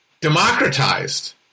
democratized